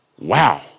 wow